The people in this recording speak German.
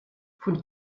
von